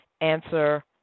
answer